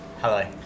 Hello